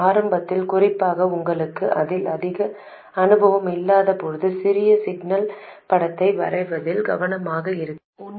ஆரம்பத்தில் குறிப்பாக உங்களுக்கு அதில் அதிக அனுபவம் இல்லாத போது சிறிய சிக்னல் படத்தை வரைவதில் கவனமாக இருக்கவும்